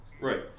Right